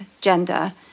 gender